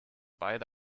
beide